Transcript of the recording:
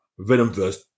Venomverse